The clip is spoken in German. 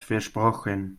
versprochen